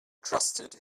trusted